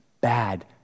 bad